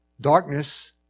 Darkness